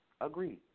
Agreed